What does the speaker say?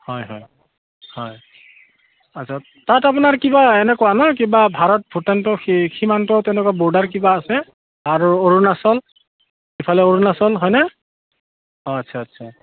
হয় হয় হয় আচ্ছা তাত আপোনাৰ কিবা এনেকুৱা ন কিবা ভাৰত ভূটানটো সেই সীমান্ত তেনেকুৱা বৰ্ডাৰ কিবা আছে আৰু অৰুণাচল ইফালে অৰুণাচল হয়নে অঁ আচ্ছা আচ্ছা